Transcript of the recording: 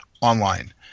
online